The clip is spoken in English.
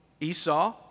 Esau